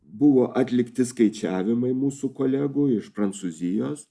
buvo atlikti skaičiavimai mūsų kolegų iš prancūzijos